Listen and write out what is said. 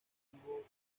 efectivo